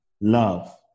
love